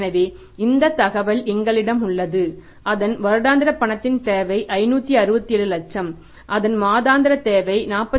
எனவே இந்த தகவல் எங்களிடம் உள்ளது அதன் வருடாந்திர பணத்தின் தேவை 567 லட்சம் அதன் மாதாந்திர தேவை 47